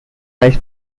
lies